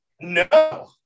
No